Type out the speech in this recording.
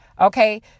Okay